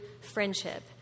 friendship